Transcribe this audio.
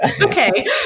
Okay